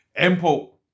Empo